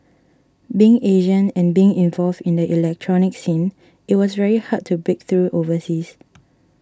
being Asian and being involved in the electronic scene it was very hard to break through overseas